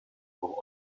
for